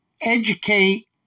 educate